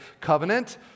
Covenant